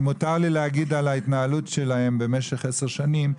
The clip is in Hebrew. מותר לי להגיד על ההתנהלות שלכם במשך עשר שנים.